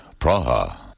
Praha